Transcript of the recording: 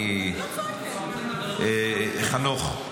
חנוך,